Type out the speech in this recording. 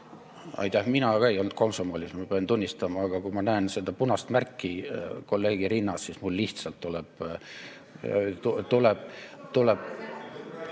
Aitäh! Mina ka ei olnud komsomolis, ma pean tunnistama, aga kui ma näen seda punast märki kolleegi rinnas, siis mul lihtsalt tuleb ...